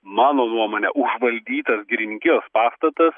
mano nuomone užvaldytas girininkijos pastatas